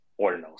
ordinals